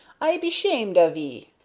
i be shamed of ee!